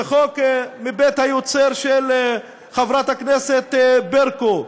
זה חוק מבית היוצר של חברת הכנסת ברקו.